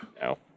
No